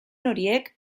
horiek